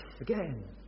again